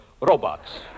robots